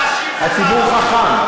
הציבור חכם,